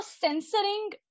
censoring